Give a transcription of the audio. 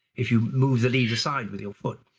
if you move the leaves aside with your foot.